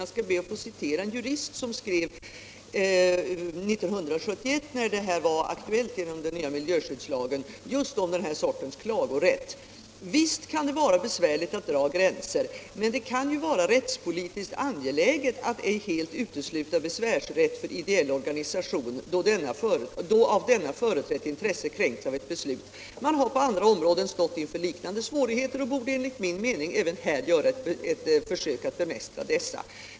Jag skall be att få citera en jurist som 1971, när den nya miljöskyddslagen var aktuell, skrev följande just om klagorätt i miljöfrågor: ”Visst kan det vara besvärligt att draga gränser, men det kan ju vara rättspolitiskt angeläget att ej helt utesluta besvärsrätt för ideell organisation, då av denna företrätt intresse kränkts av ett beslut. Man har på andra områden stått inför liknande svårigheter och borde enligt min mening även här göra ett försök att bemästra dessa.